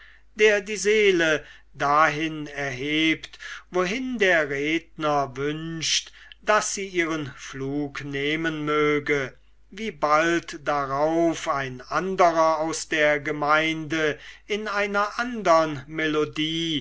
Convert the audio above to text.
der die seele dahin erhebt wohin der redner wünscht daß sie ihren flug nehmen möge wie bald darauf ein anderer aus der gemeinde in einer anderen melodie